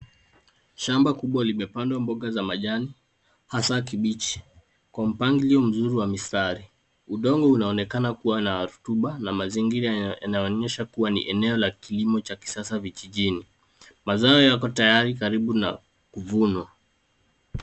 Shamba kubwa limepandwa mboga za majani hasa kibichi kwa mpangilio mzuri wa mistari. Udongo unaonekana kuwa na rotuba na mazingira yanaonyesha kuwa ni eneo la kilimo cha kisasa vijijini. Mazao yako tayari karibu na kuvunwa.